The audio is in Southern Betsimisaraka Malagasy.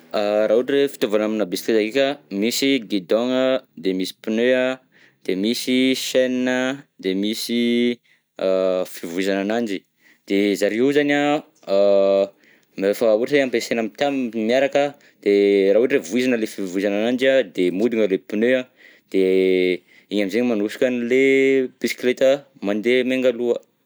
Raha ohatra hoe fitaovana aminà bisikileta ndreka, misy guidon an, dia misy pneu an, de misy chaine a, de misy a fivoizana ananjy, de zareo io zany an a rehefa ohatra ampiasaina mita- miaraka an de raha ohatra hoe voizina ilay fivoizana ananjy de mihodina ilay pneu an, dia iny amizay manosika an'ilay bisikileta mandeha menga aloha.